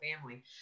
family